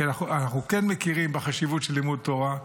אנחנו כן מכירים בחשיבות של לימוד תורה,